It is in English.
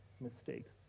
mistakes